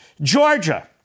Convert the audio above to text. Georgia